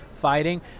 fighting